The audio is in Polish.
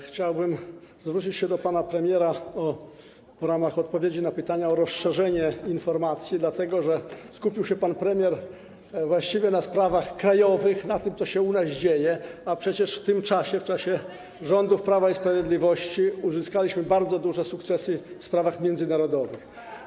Chciałbym zwrócić się do pana premiera w ramach odpowiedzi na pytania o rozszerzenie informacji, dlatego że skupił się pan premier właściwie na sprawach krajowych, na tym, co się u nas dzieje, a przecież w tym czasie, w czasie rządów Prawa i Sprawiedliwości, uzyskaliśmy bardzo duże sukcesy w sprawach międzynarodowych.